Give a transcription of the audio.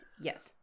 yes